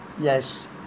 Yes